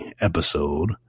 episode